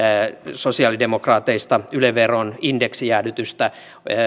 sosi alidemokraateista yle veron indeksijäädytystä